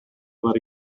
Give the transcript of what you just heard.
vari